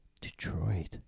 Detroit